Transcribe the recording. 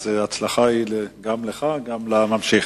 אז ההצלחה גם לך וגם לממשיך.